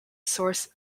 source